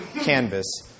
canvas